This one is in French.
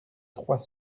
trois